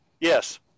Yes